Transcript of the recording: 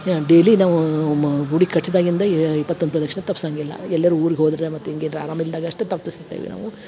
ಯಾ daily ನಾವು ಮ ಗುಡಿ ಕಟ್ದಾಗಿಂದ ಏ ಇಪ್ಪತೊಂದು ಪ್ರದಕ್ಷಣೆ ತಪ್ಸಂಗಿಲ್ಲ ಎಲ್ಯರು ಊರಗೆ ಹೋದರೆ ಮತ್ತು ಹಿಂಗೇನ್ರ ಆರಾಮ ಇಲ್ದಾಗಷ್ಟ ತಪ್ಪಸ್ತೇವೆ ನಾವು